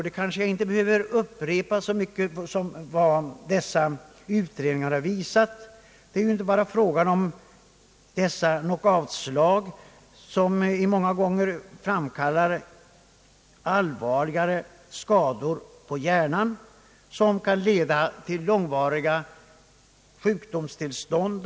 Jag kanske här inte behöver upprepa så mycket av vad utredningarna därom visar. Det är ju inte bara fråga om dessa knockoutslag, som framkallar stora skador på hjärnan och som kan leda till långvariga sjukdomstillstånd.